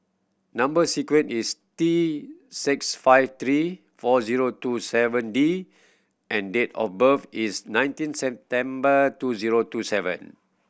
number sequence is T six five three four zero two seven D and date of birth is nineteen September two zero two seven